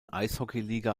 eishockeyliga